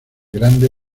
grande